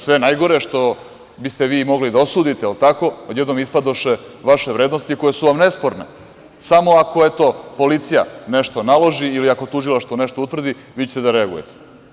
Sve najgore što biste vi mogli da osudite, jel tako, odjednom ispadoše vaše vrednosti koje su vam nesporne, samo ako policija nešto naloži ili ako tužilaštvo nešto utvrdi, vi ćete da reagujete.